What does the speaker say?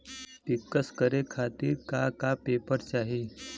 पिक्कस करे खातिर का का पेपर चाही?